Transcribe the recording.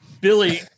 Billy